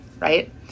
right